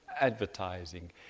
advertising